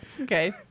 Okay